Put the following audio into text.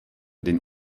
den